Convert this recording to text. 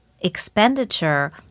expenditure